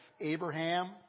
Abraham